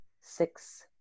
six